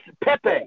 Pepe